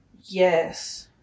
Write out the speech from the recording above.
yes